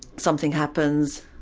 something happens,